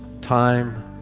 time